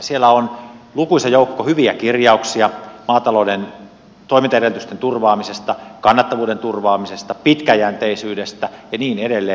siellä on lukuisa joukko hyviä kirjauksia maatalouden toimintaedellytysten turvaamisesta kannattavuuden turvaamisesta pitkäjänteisyydestä ja niin edelleen